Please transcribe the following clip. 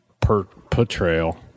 Portrayal